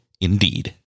indeed